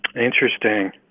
Interesting